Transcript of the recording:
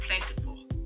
plentiful